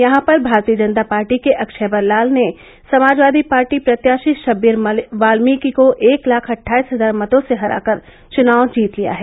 यहां पर भारतीय जनता पार्टी के अक्षैवर लाल ने समाजवादी पार्टी प्रत्याषी षब्बीर बाल्मीकि को एक लाख अट्ठाईस हजार मतो से हराकर चुनाव जीत लिया है